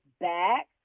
back